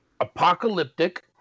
Apocalyptic